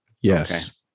Yes